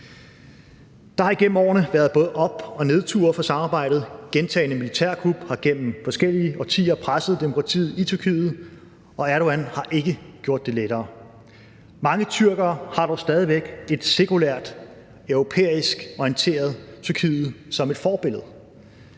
Der har igennem årene været både op- og nedture for samarbejdet; gentagne militærkup har gennem forskellige årtier presset demokratiet i Tyrkiet, og Erdogan har ikke gjort det lettere. Mange tyrkere har dog stadig væk et sekulært, europæisk orienteret Tyrkiet som et forbillede,